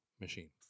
machine